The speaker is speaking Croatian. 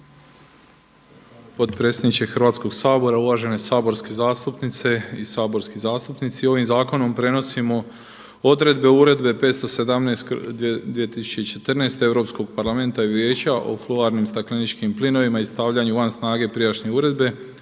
Potpredsjedniče Hrvatskoga sabora, uvažene saborske zastupnice, saborski zastupnici! Ovim zakonom prenosimo odredbe Uredbe 517/2014 Europskog parlamenta i Vijeća o fluoriranim stakleničkim plinovima i stavljanju van snage prijašnje uredbe,